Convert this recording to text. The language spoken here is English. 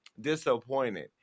disappointed